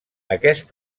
aquest